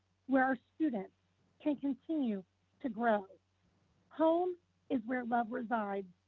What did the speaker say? where our students can continue to grow home is where love resides.